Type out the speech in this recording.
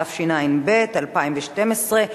התשע"ב 2012,